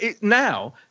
now